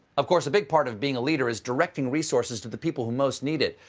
of course, a big part of being a leader is directing resources to the people who most need it.